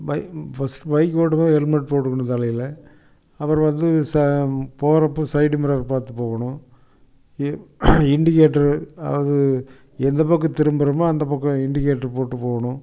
first bike ஓட்டும்போது helmet போட்டுக்கணும் தலையில் அப்புறம் வந்து போகிறப்ப சைடு மிரர் பார்த்து போகணும் இண்டிகேட்ரு அதாவது எந்த பக்கம் திரும்புகிறோமோ அந்த பக்கம் இண்டிகேட்ரு போட்டு போகணும்